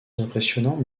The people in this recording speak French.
impressionnante